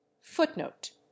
footnote